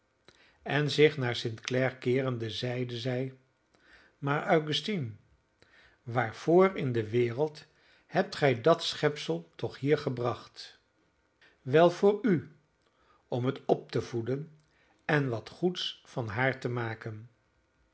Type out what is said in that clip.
en zich naar st clare keerende zeide zij maar augustine waarvoor in de wereld hebt gij dat schepsel toch hier gebracht wel voor u om het op te voeden en wat goeds van haar te maken